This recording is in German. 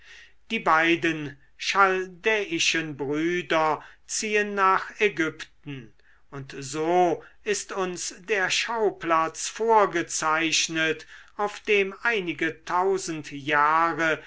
die beiden chaldäischen brüder ziehen nach ägypten und so ist uns der schauplatz vorgezeichnet auf dem einige tausend jahre